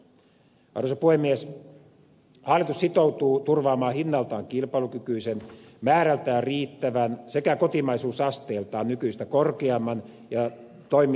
hallitus sitoutuu turvaamaan hinnaltaan kilpailukykyisen määrältään riittävän sekä kotimaisuusasteeltaan nykyistä korkeamman ja toimitusvarman energiahuollon